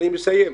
אני מסיים.